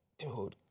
dude,